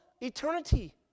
eternity